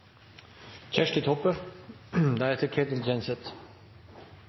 Kjersti Toppe